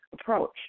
approach